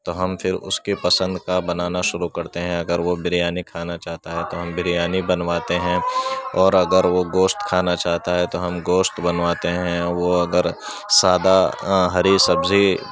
تو ہم پھر اس کی پسند کا بنانا شروع کرتے ہیں اگر وہ بریانی کھانا چاہتا ہے تو ہم بریانی بنواتے ہیں اور اگر وہ گوشت کھانا چاہتا ہے تو ہم گوشت بنواتے ہیں وہ اگر سادہ ہری سبزی